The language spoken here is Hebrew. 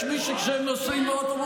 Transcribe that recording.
אין שום ערך לנאומים שנושאים כאן,